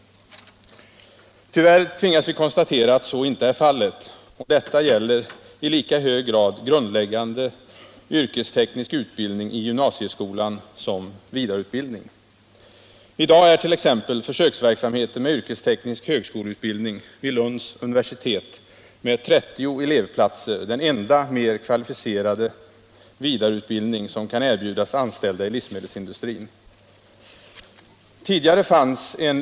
Tyvärr tvingas vi konstatera att så inte är fallet, och detta gäller i lika hög grad grundläggande yrkesteknisk utbildning i gymnasieskolan som vidareutbildning. I dag är t.ex. försöksverksamheten med yrkesteknisk högskoleutbildning vid Lunds universitet med 30 elevplatser den enda mer kvalificerade vidareutbildning som kan erbjudas anställda i livsmedelsindustrin.